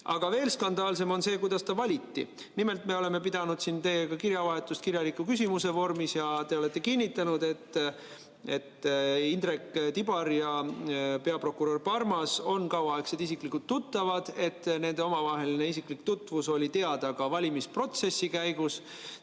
veel skandaalsem on see, kuidas ta välja valiti. Nimelt, me oleme pidanud siin teiega kirjavahetust ja te olete kinnitanud, et Indrek Tibar ja peaprokurör Parmas on kauaaegsed isiklikud tuttavad ning et nende omavaheline isiklik tutvus oli teada ka valimisprotsessi ajal.